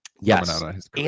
Yes